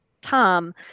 tom